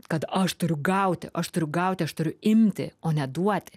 kad aš turiu gauti o aš turiu gauti aš turiu imti o ne duoti